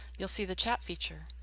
you'll see the chat feature.